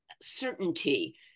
certainty